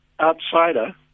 outsider